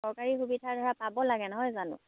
চৰকাৰী সুবিধা ধৰা পাব লাগে নহয় জানো